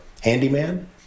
handyman